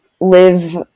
live